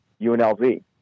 UNLV